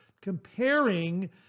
comparing